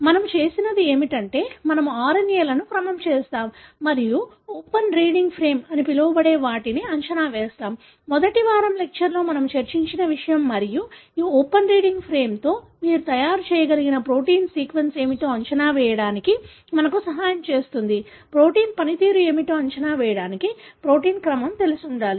మనము చేసేది ఏమిటంటే మనము RNA లను క్రమం చేస్తాము మరియు ఓపెన్ రీడింగ్ ఫ్రేమ్ అని పిలవబడే వాటిని అంచనా వేస్తాము మొదటి వారం లెక్చర్ లో మన ము చర్చించిన విషయం మరియు ఈ ఓపెన్ రీడింగ్ ఫ్రేమ్ తో మీరు తయారు చేయగల ప్రోటీన్ సీక్వెన్స్ ఏమిటో అంచనా వేయడానికి మనకు సహాయం చేస్తుంది ప్రోటీన్ పనితీరు ఏమిటో అంచనా వేయడానికి ప్రోటీన్ క్రమం తెలిసుండాలి